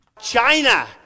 China